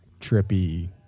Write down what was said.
trippy